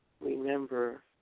remember